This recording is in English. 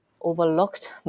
overlooked